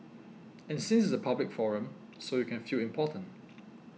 and since it's a public forum so you can feel important